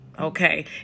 okay